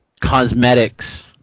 cosmetics